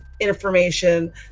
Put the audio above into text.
information